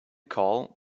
call